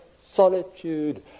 solitude